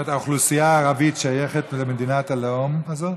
זאת אומרת שהאוכלוסייה הערבית שייכת למדינת הלאום הזאת?